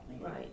Right